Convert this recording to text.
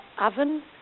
oven